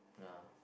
yeah